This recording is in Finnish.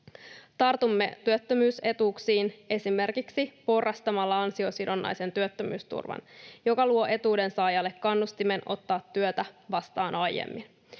Tartumme työttömyysetuuksiin esimerkiksi porrastamalla ansiosidonnaisen työttömyysturvan, joka luo etuudensaajalle kannustimen ottaa työtä vastaan aiemmin.